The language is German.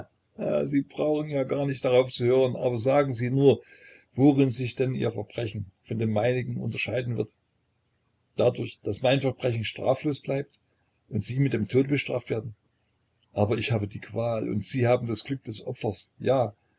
sie brauchen ja gar nicht darauf zu hören aber sagen sie nur worin sich dann ihr verbrechen von dem meinigen unterscheiden wird dadurch daß mein verbrechen straflos bleibt und sie mit dem tode bestraft werden aber ich habe die qual und sie haben das glück des opfers ja